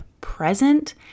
present